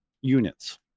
units